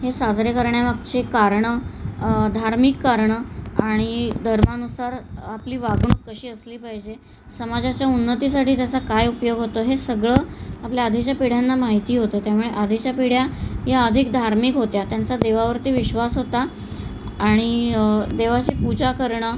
हे साजरे करण्यामागची कारणं धार्मिक कारणं आणि धर्मानुसार आपली वाग णूक कशी असली पाहिजे समाजाच्या उन्नतीसाठी त्याचा काय उपयोग होतो हे सगळं आपल्या आधीच्या पिढ्यांना माहिती होतं त्यामुळे आधीच्या पिढ्या या अधिक धार्मिक होत्या त्यांचा देवा वरती विश्वास होता आणि देवाची पूजा करणं